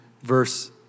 verse